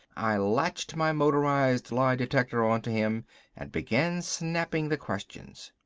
i latched my motorized lie detector onto him and began snapping the questions.